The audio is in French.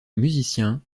musicien